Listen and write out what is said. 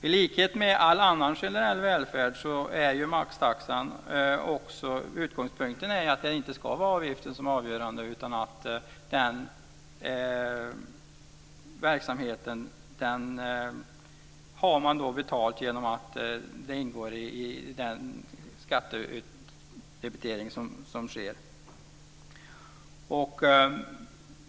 I likhet med all annan generell välfärd är maxtaxans utgångspunkt att avgiften inte ska vara avgörande. Verksamheten har man betalt genom skattedebiteringen.